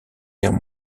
guerre